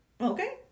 Okay